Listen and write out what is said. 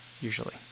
usually